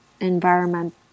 environment